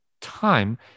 time